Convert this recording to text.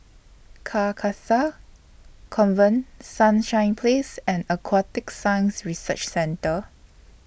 Carcasa Convent Sunshine Place and Aquatic Science Research Centre